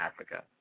Africa